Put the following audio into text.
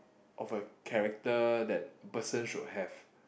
of a character that a person should have